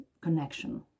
connection